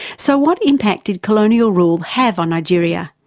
so what impact did colonial rule have on nigeria?